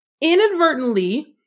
inadvertently